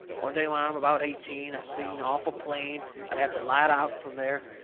one day when i'm about eighteen, i seen awful plain i'll have to light out from there.